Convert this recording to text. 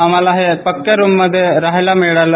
आम्हाला हे पक्या रूम मध्ये राहायला मिळाल